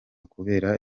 kubera